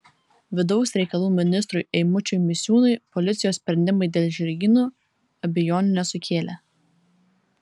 vidaus reikalų ministrui eimučiui misiūnui policijos sprendimai dėl žirgyno abejonių nesukėlė